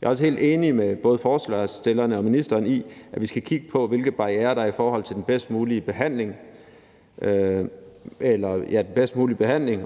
Jeg er også helt enig med både forslagsstillerne og ministeren i, at vi skal kigge på, hvilke barrierer der er i forhold til den bedst mulige behandling